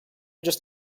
just